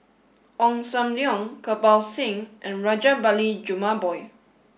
Ong Sam Leong Kirpal Singh and Rajabali Jumabhoy